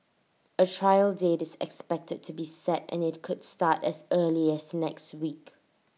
A trial date is expected to be set and IT could start as early as next week